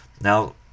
now